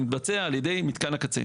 הוא מתבצע על ידי מתקן הקצה.